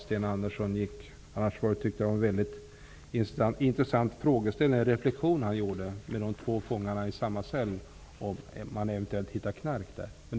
Sten Andersson i Malmö gjorde en intressant reflexion om vad som skulle hända om man hittade knark i en cell som två fångar delar.